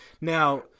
Now